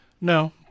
No